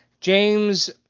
James